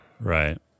Right